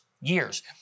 years